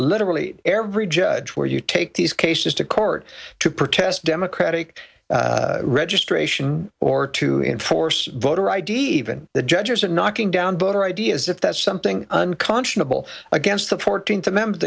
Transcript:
literally every judge where you take these cases to court to protest democratic registration or to enforce voter id even the judges are knocking down voter id as if that's something unconscionable against the fourteenth amendment